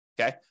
Okay